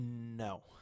no